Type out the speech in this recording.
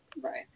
Right